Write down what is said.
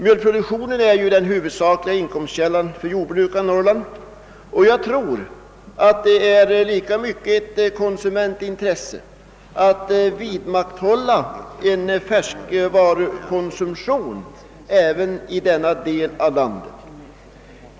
Mjölkproduktionen är den huvudsakliga inkomstkällan för jordbrukarna i Norrland, och dessutom är det lika mycket ett konsumentintresse att en färskvarukonsumtion kan vidmakthållas även i denna del av landet.